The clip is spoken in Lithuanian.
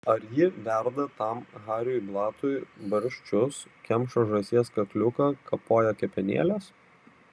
ar ji verda tam hariui blatui barščius kemša žąsies kakliuką kapoja kepenėles